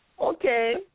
Okay